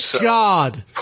God